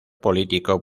político